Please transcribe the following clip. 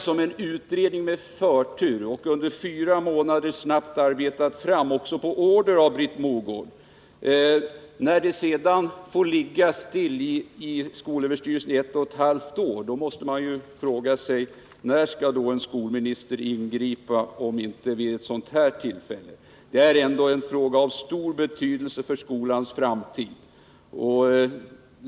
som en utredning behandlat med förtur och där ett förslag snabbt arbetats fram på fyra månader — dessutom på order av Britt Mogård — och som sedan fått ligga stilla hos skolöverstyrelsen i ett och ett halvt år måste vi ställa oss frågan: När skall en skolminister ingripa, om inte vid ett sådant tillfälle? Det är ändå en fråga av stor betydelse för skolans framtid.